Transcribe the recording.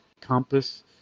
compass